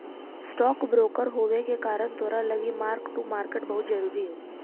stock broker होबे के कारण तोरा लागी मार्क टू मार्केट बहुत जरूरी हो